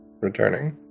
returning